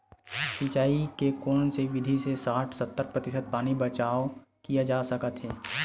सिंचाई के कोन से विधि से साठ सत्तर प्रतिशत पानी बचाव किया जा सकत हे?